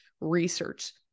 research